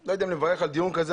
לא יודע אם לברך על דיון כזה,